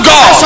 God